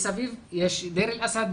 מסביב יש דיר אל אסד,